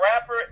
rapper